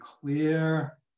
clear